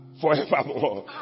forevermore